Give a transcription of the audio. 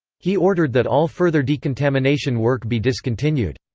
he ordered that all further decontamination work be discontinued.